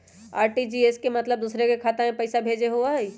RTGS के मतलब दूसरे के खाता में पईसा भेजे होअ हई?